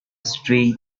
street